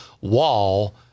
wall